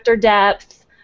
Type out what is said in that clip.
depth